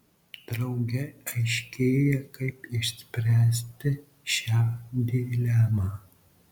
drauge aiškėja kaip išspręsti šią dilemą